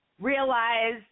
realize